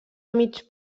mig